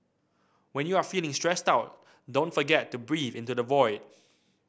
when you are feeling stressed out don't forget to breathe into the void